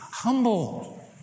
Humble